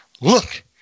Look